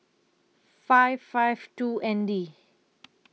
five five two N D